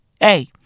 Hey